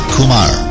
Kumar